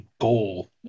goal